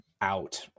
out